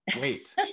WAIT